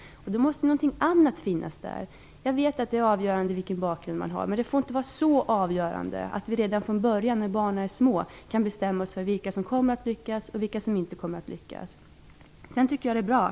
Då måste det finnas någonting annat. Jag vet att det är avgörande vilken bakgrund man har. Men det får inte vara så avgörande att vi redan från början när barnen är små kan bestämma oss för vilka som kommer att lyckas och vilka som inte kommer att lyckas.